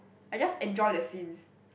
I just enjoy the scenes